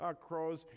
crows